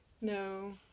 No